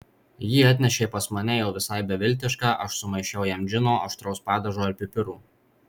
jį atnešė pas mane jau visai beviltišką aš sumaišiau jam džino aštraus padažo ir pipirų